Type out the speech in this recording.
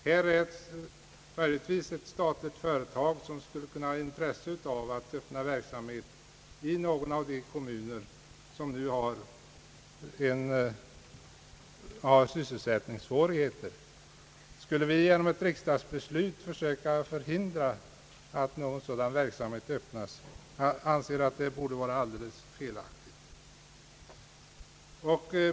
Här är det möjligtvis ett statligt företag som skulle kunna ha intresse av att öppna verksamhet i någon av de kommuner som nu har sysselsättningssvårigheter. Skulle vi genom ett riksdagsbeslut försöka förhindra att någon sådan verksamhet startas? Jag anser att det vore alldeles felaktigt.